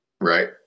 right